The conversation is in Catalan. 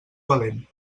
valent